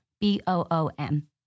B-O-O-M